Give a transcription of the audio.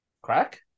crack